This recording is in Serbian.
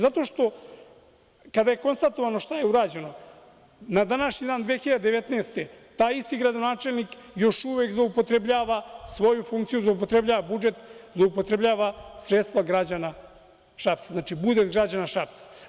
Zato što, kada je konstatovano šta je urađeno, na današnji dan te 2019. godine, taj isti gradonačelnik, još uvek zloupotrebljava svoju funkciju, zloupotrebljava budžet, zloupotrebljava sredstva građana Šapca, budžet građana Šapca.